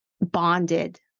bonded